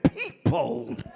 people